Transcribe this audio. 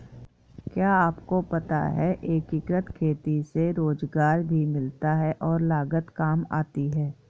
क्या आपको पता है एकीकृत खेती से रोजगार भी मिलता है और लागत काम आती है?